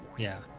yeah,